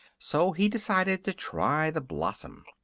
so he decided to try the blossom.